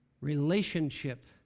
relationship